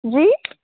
جی